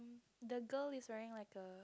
the girl is wearing like a